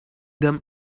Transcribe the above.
them